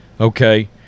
Okay